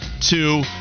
two